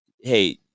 Hey